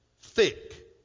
thick